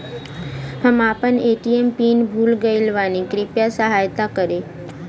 हम आपन ATM pin भूल गईल बानी कृपया सहायता करी